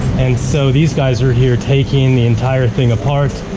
and so these guys are here taking the entire thing apart,